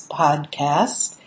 podcast